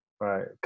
Right